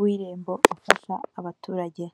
w'Irembo ufasha abaturage.